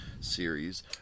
series